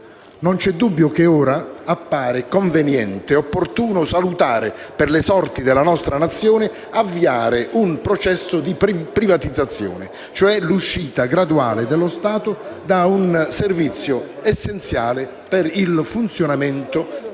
Non c'è dubbio che ora appare conveniente, opportuno avviare - e salutare per le sorti della nostra Nazione - un processo di privatizzazione, e cioè l'uscita graduale dello Stato da un servizio essenziale per il funzionamento